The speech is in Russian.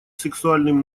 сексуальным